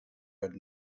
red